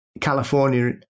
California